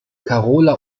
karola